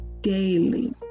daily